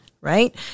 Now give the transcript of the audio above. right